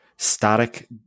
static